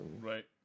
right